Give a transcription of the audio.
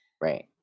Right